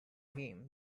him